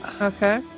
Okay